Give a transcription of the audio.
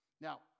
Now